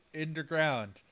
underground